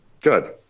Good